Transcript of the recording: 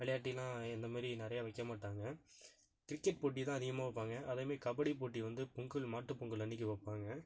விளையாட்டினா இந்த மாதிரி நிறைய வைக்கமாட்டாங்க கிரிக்கெட் போட்டிதான் அதிகமாக வைப்பாங்க அதே மாதிரி கபடிப் போட்டி வந்து பொங்கல் மாட்டுப் பொங்கல் அன்றைக்கி வைப்பாங்க